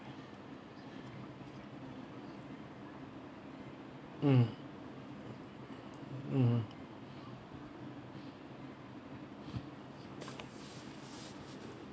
mm mm